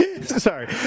Sorry